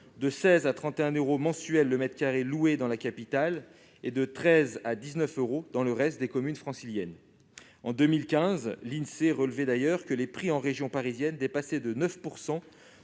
de 16 à 31 euros mensuels le mètre carré loué dans la capitale, et de 13 à 19 euros dans le reste des communes franciliennes. En 2015, l'Insee relevait d'ailleurs que les prix en région parisienne dépassaient de 9